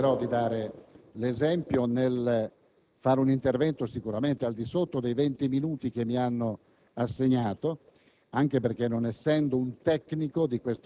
Signor Presidente, tenterò di dare l'esempio svolgendo un intervento sicuramente al di sotto dei venti minuti che mi hanno assegnato,